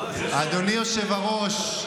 אדוני היושב-ראש,